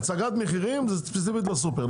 הצגת מחירים זה ספציפית לסופר.